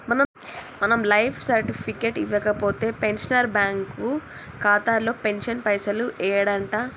మనం life certificate ఇవ్వకపోతే pensioner bank ఖాతాలో పెన్షన్ పైసలు యెయ్యడంట